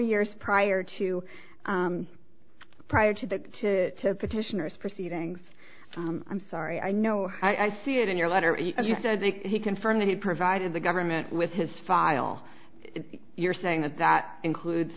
years prior to prior to the to petitioners proceedings i'm sorry i know i see it in your letter he confirmed that he provided the government with his file you're saying that that includes